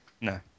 No